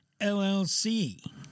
LLC